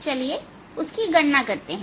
चलिए उसकी गणना करते हैं